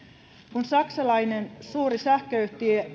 kun saksalainen suuri sähköyhtiö